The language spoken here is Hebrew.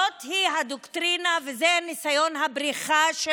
זאת היא הדוקטרינה וזה ניסיון הבריחה של